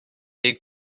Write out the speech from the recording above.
est